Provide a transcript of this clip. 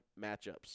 matchups